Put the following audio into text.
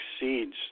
exceeds